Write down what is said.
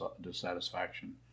dissatisfaction